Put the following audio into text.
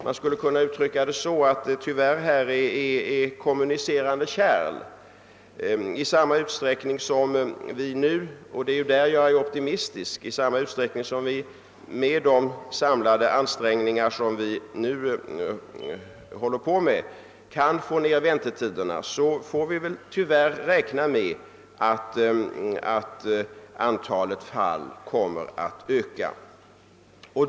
Man kan uttrycka det så att vi här har kommunicerande kärl: i samma utsträckning som vi — och det är här som jag är optimist — med samlade ansträngningar kan förkorta väntetiderna får vi också räkna med att antalet fall ökar.